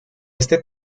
este